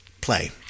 play